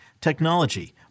technology